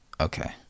okay